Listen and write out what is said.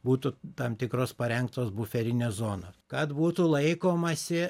būtų tam tikros parengtos buferinės zonos kad būtų laikomasi